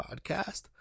podcast